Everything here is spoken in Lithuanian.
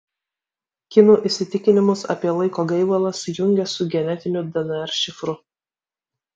kinų įsitikinimus apie laiko gaivalą sujungė su genetiniu dnr šifru